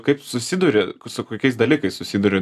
kaip susiduri su kokiais dalykais susiduri